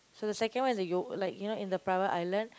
so the second one is the yo~ like you know in a private island